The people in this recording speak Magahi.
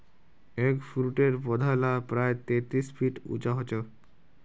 एगफ्रूटेर पौधा ला प्रायः तेतीस फीट उंचा होचे